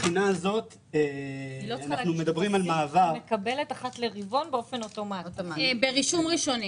היא מקבלת אחת לרבעון ברישום ראשוני.